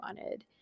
wanted